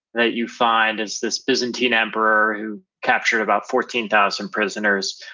that you find is this byzantine emperor who captured about fourteen thousand prisoners,